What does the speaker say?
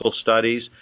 studies